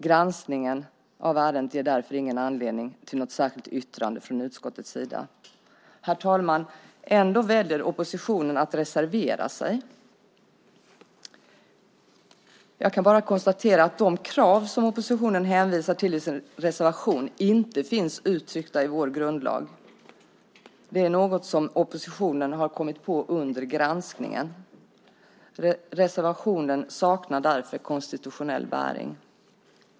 Granskningen av ärendet ger därför ingen anledning till något särskilt yttrande från utskottets sida. Herr talman! Ändå väljer oppositionen att reservera sig. Jag kan bara konstatera att de krav som oppositionen hänvisar till i sin reservation inte finns uttryckta i vår grundlag. Det är något som oppositionen har kommit på under granskningen. Reservationen saknar därför konstitutionell bäring.